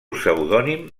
pseudònim